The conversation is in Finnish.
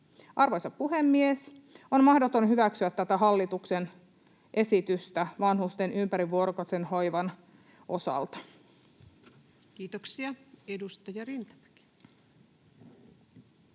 Arvoisa puhemies! On mahdotonta hyväksyä tätä hallituksen esitystä vanhusten ympärivuorokautisen hoivan osalta. [Speech 235] Speaker: